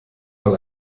mal